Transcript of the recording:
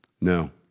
No